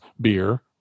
Beer